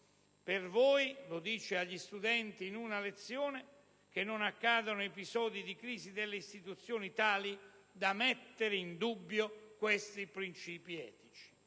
per voi» - lo dice agli studenti in una lezione - «che non accadano episodi di crisi delle istituzioni tali da mettere in dubbio questi principi etici».